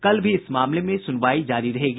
कल भी इस मामले में सुनवाई जारी रहेगी